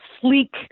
sleek